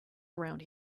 around